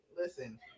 listen